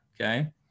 okay